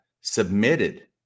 submitted